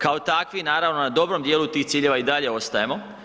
Kao takvi naravno na dobrom dijelu tih ciljeva i dalje ostajemo.